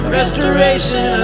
restoration